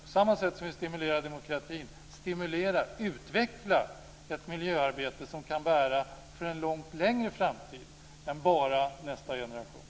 På samma sätt som vi stimulerar demokratin måste vi stimulera och utveckla ett miljöarbete som kan bära för en längre framtid än bara till nästa generation.